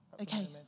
Okay